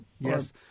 yes